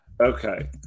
Okay